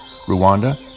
Rwanda